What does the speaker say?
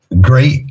great